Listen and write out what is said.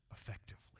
effectively